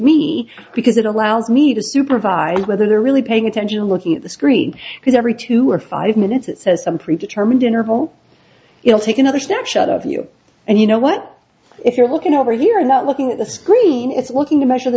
me because it allows me to supervise whether they're really paying attention or looking at the screen because every two or five minutes it says some pre determined interval it'll take another snapshot of you and you know what if you're looking over here or not looking at the screen it's looking to measure the